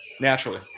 naturally